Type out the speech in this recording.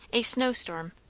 a snowstorm.